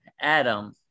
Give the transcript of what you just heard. Adam